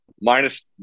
minus